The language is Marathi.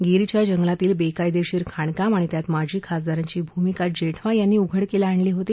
गीरच्या जंगलातील बेकायदेशीर खाणकाम आणि त्यात माजी खासदारांची भूमिका जेठवा यांनी उघडकीला आणली होती